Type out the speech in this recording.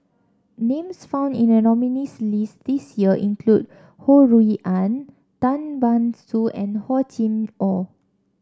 names found in the nominees' list this year include Ho Rui An Tan Ban Soon and Hor Chim Or